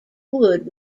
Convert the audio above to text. wood